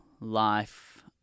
life